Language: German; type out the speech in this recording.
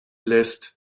lässt